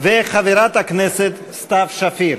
וחברת הכנסת סתיו שפיר.